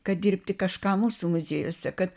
kad dirbti kažką mūsų muziejuose kad